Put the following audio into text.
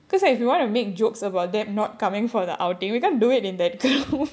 because like if you wanna make jokes about them not coming for the outing we can't do it in that group